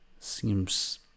seems